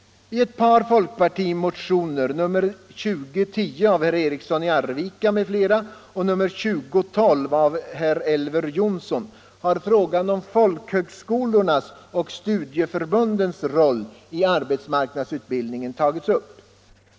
I ett par folkpartimotioner, nr 2010 av herr Eriksson i Arvika m.fl. och nr 2012 av herr Jonsson i Alingsås, har frågan om folkhögskolornas och studieförbundens roll i arbetsmarknadsutbildningen tagits upp.